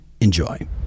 Enjoy